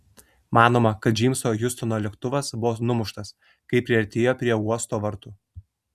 manoma kad džeimso hjustono lėktuvas buvo numuštas kai priartėjo prie uosto vartų